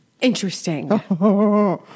Interesting